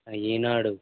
ఈనాడు